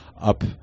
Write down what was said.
up